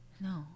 No